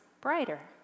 brighter